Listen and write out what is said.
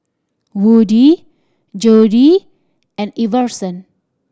Woodie Jody and Iverson